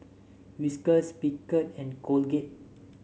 Whiskas Picard and Colgate